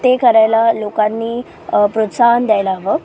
ते करायला लोकांनी प्रोत्साहन द्यायला हवं